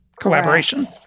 collaboration